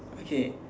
okay